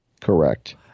Correct